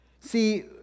See